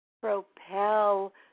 Propel